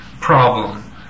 problem